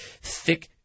thick